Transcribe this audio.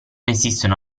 esistono